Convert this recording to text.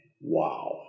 Wow